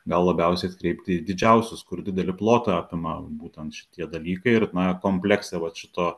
gal labiausiai atkreipti į didžiausius kur didelį plotą apima būtent šitie dalykai ir na komplekse vat šito